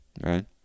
Right